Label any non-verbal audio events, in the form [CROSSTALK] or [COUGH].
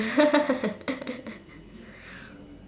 [LAUGHS]